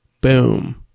Boom